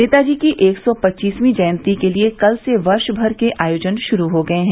नेताजी की एक सौ पच्चीसवीं जयंती के लिए कल से वर्षमर के आयोजन शुरू हो गए है